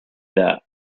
that